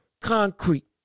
concrete